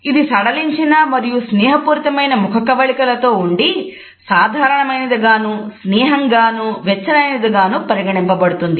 ఇది సడలించిన మరియు స్నేహపూరితమైన ముఖకవళికలతో ఉండి సాధారణమైనదిగానూ స్నేహంగానూ వెచ్చనైనదిగాను పరిగణింపబడుతుంది